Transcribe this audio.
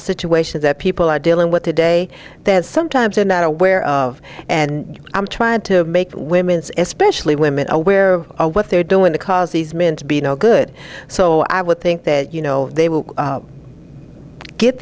of situations that people are dealing with today that sometimes they're not aware of and i'm trying to make women's specially women aware of what they're doing because these men to be no good so i would think that you know they will get